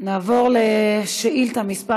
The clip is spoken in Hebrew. נעבור לשאילתה מס'